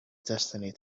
destiny